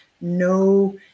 no